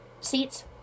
seats